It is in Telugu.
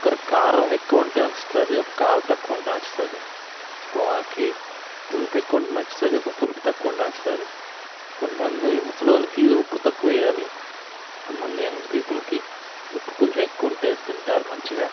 ఒకరికి కారం ఎక్కువ ఉంటే నచ్చుతుంది ఒకరికి కారం తక్కువ ఉంటే నచ్చుతుంది ఒకరికి పులుపు ఎక్కువ ఉంటే నచ్చుతుంది ఒకరికి పులుపు తక్కువ ఉంటే నచ్చుతుంది కొంత మంది ముసలివాళ్ళకి ఉప్పు తక్కువ వేయాలి కొంత మంది యంగ్ పీపుల్కి ఉప్పు కొంచెం ఎక్కువ ఉంటే తింటారు మంచిగా